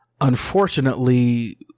Unfortunately